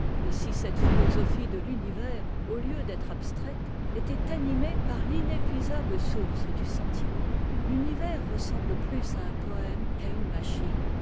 et si cette phitosophie de l'univers au lieu d'être abstraite était animée par l'inépuisable source du sentiment l'univers ressemble plus à un poëme qu'à une machine